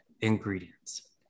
ingredients